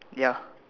ya